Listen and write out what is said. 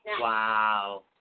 Wow